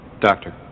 doctor